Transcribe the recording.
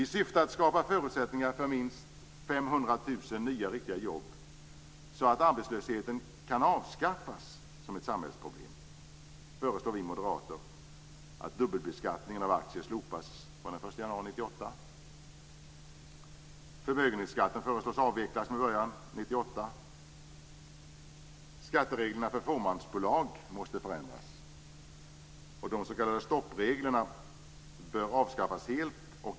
I syfte att skapa förutsättningar för minst 500 000 nya riktiga jobb så att arbetslösheten kan avskaffas som ett samhällsproblem föreslår vi moderater att dubbelbeskattningen av aktier slopas från den 1 januari 1998. Förmögenhetsskatten föreslås avvecklas med början 1998. Skattereglerna för fåmansbolag måste förändras, och de s.k. stoppreglerna bör avskaffas helt.